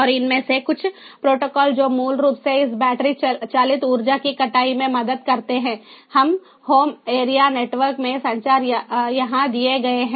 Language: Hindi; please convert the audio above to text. और इनमें से कुछ प्रोटोकॉल जो मूल रूप से इस बैटरी चालित ऊर्जा की कटाई में मदद करते हैं एक होम एरिया नेटवर्क में संचार यहाँ दिए गए हैं